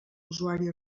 usuari